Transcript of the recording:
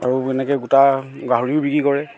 আৰু এনেকৈ গোটা গাহৰিও বিক্ৰী কৰে